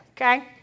okay